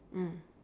mm